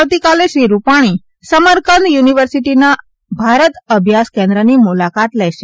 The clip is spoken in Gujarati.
આવતીકાલે શ્રી રૂપાણી સમરકંદ યુનિવર્સીટીના ભારત અભ્યાસ કેન્દ્રની મુલાકાત લેશે